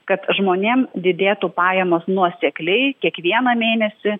kad žmonėm didėtų pajamos nuosekliai kiekvieną mėnesį